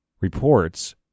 reports